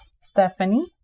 stephanie